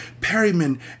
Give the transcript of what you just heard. Perryman